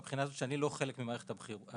מהבחינה הזו שאני לא חלק ממערכת הבריאות.